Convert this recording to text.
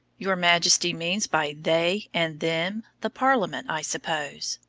your majesty means by they and them, the parliament, i suppose?